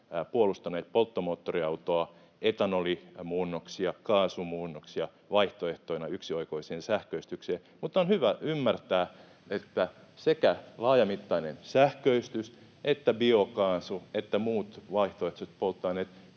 puolustaneet polttomoottoriautoa, etanolimuunnoksia, kaasumuunnoksia vaihtoehtoina yksioikoiseen sähköistykseen. Mutta on hyvä ymmärtää, että sekä laajamittainen sähköistys että biokaasu että muut vaihtoehtoiset polttoaineet